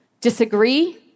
disagree